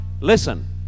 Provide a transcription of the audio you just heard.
Listen